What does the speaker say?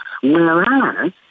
Whereas